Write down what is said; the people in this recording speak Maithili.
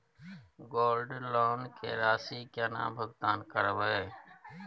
गोल्ड लोन के राशि केना भुगतान करबै?